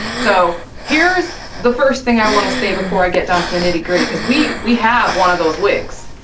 so here's the first thing i wanna say before i get down to the nitty-gritty, cause we we have one of those wigs.